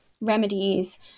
remedies